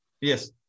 Yes